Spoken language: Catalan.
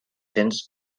cents